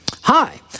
Hi